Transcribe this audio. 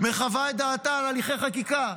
מחווה את דעתה על הליכי חקיקה?